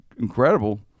incredible